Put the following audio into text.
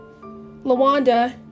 LaWanda